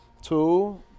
two